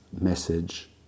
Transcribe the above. message